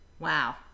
Wow